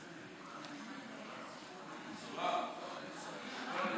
אה, אוקיי.